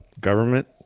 government